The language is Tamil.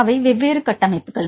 அவை வெவ்வேறு கட்டமைப்புகள்